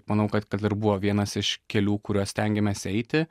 manau kad kad ir buvo vienas iš kelių kuriuo stengiamės eiti